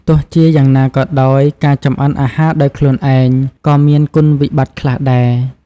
ទោះជាយ៉ាងណាក៏ដោយ ការចម្អិនអាហារដោយខ្លួនឯងក៏មាន គុណវិបត្តិ ខ្លះដែរ។